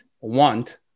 want